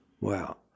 Wow